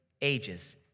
ages